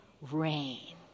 rain